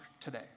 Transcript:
today